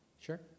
Sure